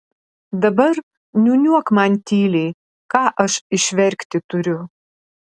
dabar niūniuok man tyliai ką aš išverkti turiu